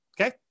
Okay